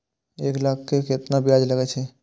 एक लाख के केतना ब्याज लगे छै?